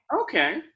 Okay